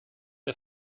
der